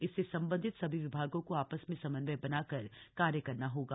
इससे सम्बन्धित सभी विभागों को आपस में समन्वय बनाकर कार्य करना होगा